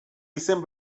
izen